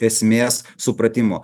esmės supratimo